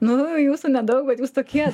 nu jūsų nedaug bet jūs tokie